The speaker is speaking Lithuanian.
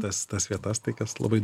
tas tas vietas tai kas labai